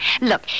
Look